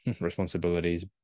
responsibilities